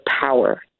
power